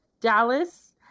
Dallas